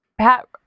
Pat